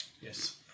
yes